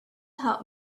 help